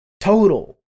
total